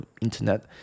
internet